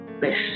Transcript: best